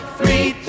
three